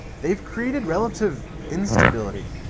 they've created relative instability.